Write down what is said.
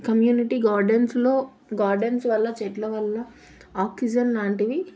community గార్డెన్స్లో gardens వల్ల చెట్ల వల్ల ఆక్సిజన్ లాంటివి